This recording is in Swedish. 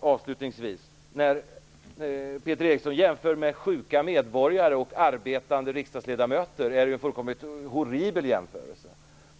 Avslutningsvis vill jag säga att Peter Erikssons jämförelse mellan sjuka medborgare och arbetande riksdagsledamöter är fullständigt horribel.